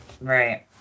Right